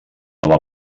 nova